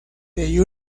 the